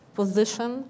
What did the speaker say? position